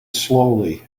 slowly